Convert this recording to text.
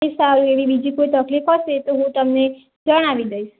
એ સારું એવી બીજી કોઈ તકલીફ હશે તો હું તમને જણાવી દઈશ